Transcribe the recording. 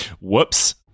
whoops